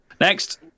Next